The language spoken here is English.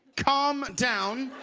calm down.